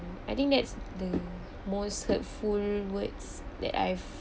I think that's the most hurtful words that I've